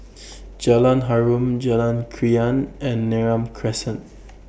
Jalan Harum Jalan Krian and Neram Crescent